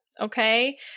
okay